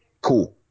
Cool